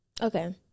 Okay